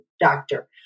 doctor